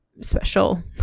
special